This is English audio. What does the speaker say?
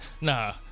nah